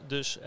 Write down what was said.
Dus